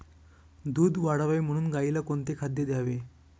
दूध वाढावे म्हणून गाईला कोणते खाद्य द्यावे?